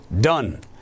Done